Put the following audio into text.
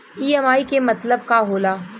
EMI के मतलब का होला?